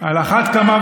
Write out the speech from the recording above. אז חלק אחד,